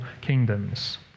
kingdoms